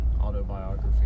autobiography